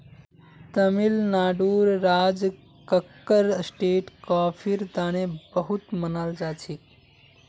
तमिलनाडुर राज कक्कर स्टेट कॉफीर तने बहुत मनाल जाछेक